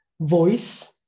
voice